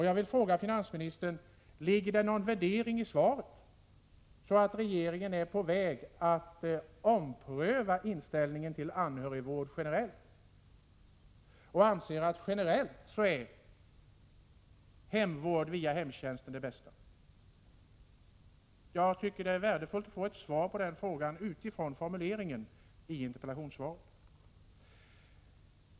Jag vill fråga finansministern: Ligger det någon värdering i svaret som innebär att regeringen är på väg att ompröva inställningen till anhörigvård generellt sett, och anser finansministern rent generellt att hemvård via hemtjänsten är det bästa? Det är värdefullt om jag kan få ett svar på den frågan, med tanke på formuleringen i interpellationssvaret.